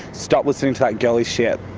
stop listening to that girly shit